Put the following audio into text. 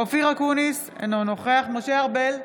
אופיר אקוניס, אינו נוכח משה ארבל,